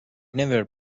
never